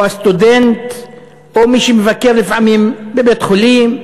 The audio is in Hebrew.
או הסטודנט או מי שמבקר לפעמים בבית-חולים,